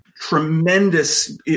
tremendous